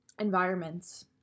environments